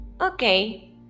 Okay